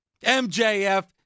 MJF